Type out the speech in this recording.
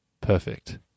perfect